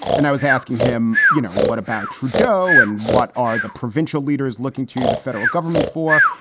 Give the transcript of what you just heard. and i was asking him, you know, what about trudeau and what are the provincial leaders looking to the federal government for?